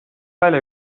välja